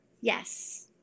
Yes